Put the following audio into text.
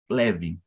leve